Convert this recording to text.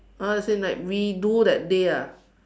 oh as in redo that day ah